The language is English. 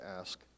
ask